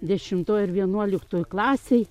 dešimtoj ir vienuoliktoj klasėj